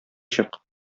чык